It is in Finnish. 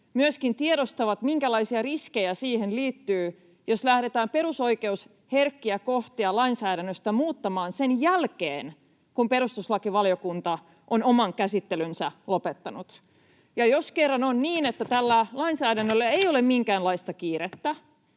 myöskin tiedostavat, minkälaisia riskejä siihen liittyy, jos lähdetään perusoikeusherkkiä kohtia lainsäädännöstä muuttamaan sen jälkeen, kun perustuslakivaliokunta on oman käsittelynsä lopettanut. Jos kerran on niin, että tällä lainsäädännöllä ei ole minkäänlaista kiirettä